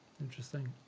interesting